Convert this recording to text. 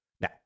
Now